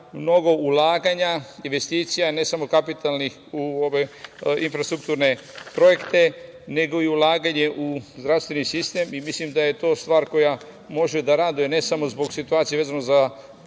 mnogo ulaganja, investicija, ne samo kapitalnih u infrastrukturne projekte, nego i ulaganje i u zdravstveni sistem i mislim da je to stvar koja može da raduje, ne samo zbog situacije vezano za